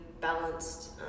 balanced